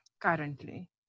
Currently